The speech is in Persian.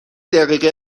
دقیقه